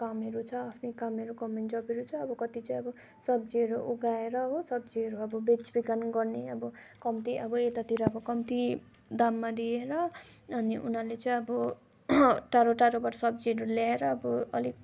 कामहरू छ आफ्नो कामहरू गभर्मेन्ट जब्हरू छ कति चाहिँ अब सब्जी उगाएर हो सब्जीहरू अब बेचबिखन गर्ने अब कम्ती अब यतातिर अब कम्ती दाममा दिएर अनि उनीहरूले चाहिँ अब टाढो टाढोबाट सब्जीहरू ल्याएर अब अलिक